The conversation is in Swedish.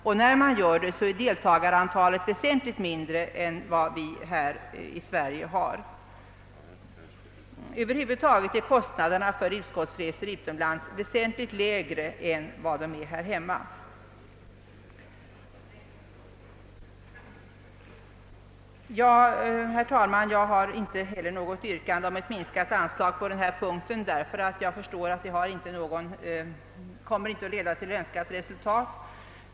Vid andra länders utskottsresor är deltagarantalet väsentligt mindre än här i Sverige, och över huvud taget är kostnaderna för utskottsresor utomlands väsentligt lägre än här hemma. Herr talman! Jag har inte heller något yrkande om minskat anslag på den här punkten, ty jag förstår att det inte leder till önskat resultat.